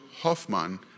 Hoffman